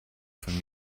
von